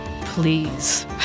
Please